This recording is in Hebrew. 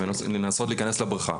ולנסות להיכנס לבריכה.